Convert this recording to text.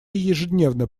ежедневно